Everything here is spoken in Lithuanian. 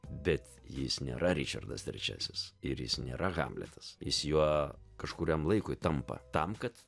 bet jis nėra ričardas trečiasis ir jis nėra hamletas jis juo kažkuriam laikui tampa tam kad